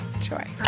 joy